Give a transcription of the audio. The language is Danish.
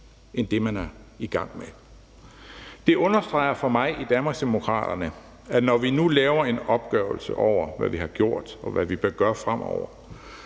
end det, man er i gang med. Det understreger for mig i Danmarksdemokraterne, at vi, når vi nu laver en opgørelse over, hvad vi har gjort, og hvad vi bør gøre fremover,